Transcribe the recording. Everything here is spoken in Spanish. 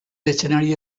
escenario